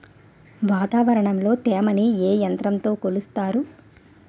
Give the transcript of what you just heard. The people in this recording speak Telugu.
వాతావరణంలో తేమని ఏ యంత్రంతో కొలుస్తారు?